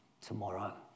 tomorrow